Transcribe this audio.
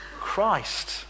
Christ